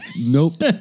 nope